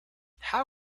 how